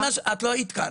את לא היית כאן.